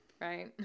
right